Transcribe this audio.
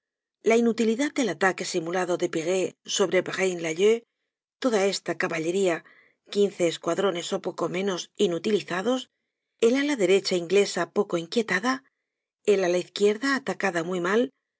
la inutilidad del ataque simulado de piré sobre braine lalleud toda esta caballería quince escuadrones ó poco menos inutilizados el ala derecha inglesa poco inquietada el ala izquierda atacada muy mal